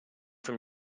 from